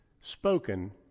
spoken